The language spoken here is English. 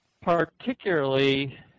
Particularly